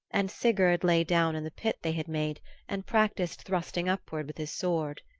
and sigurd lay down in the pit they had made and practiced thrusting upward with his sword.